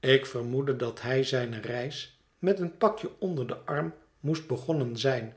ik vermoedde dat hij zijne reismeteen pakje onder den arm moest begonnen zijn